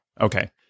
Okay